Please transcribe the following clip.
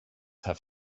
have